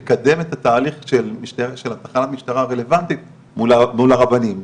לקדם את התהליך של תחנת המשטרה הרלוונטית מול הרבנים,